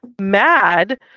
mad